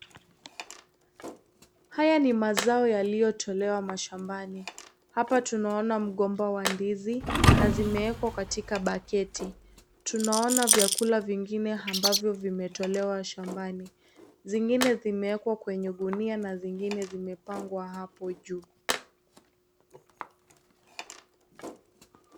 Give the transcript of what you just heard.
Haya ni mazao yaliyotolewa mashambani, hapa tunaona mgomba wa ndizi na zimeekwa katika bucket . Tunaona vyakula vingine ambavyo vimetolewa shambani, zingine zimeekwa kwenye gunia na zingine zimepangwa hapo juu.